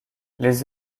les